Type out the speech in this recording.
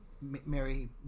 Mary